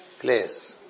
place